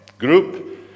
Group